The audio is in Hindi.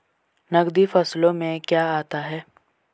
नकदी फसलों में क्या आता है?